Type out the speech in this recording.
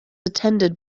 attended